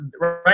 right